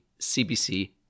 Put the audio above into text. CBC